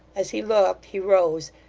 as he looked, he rose,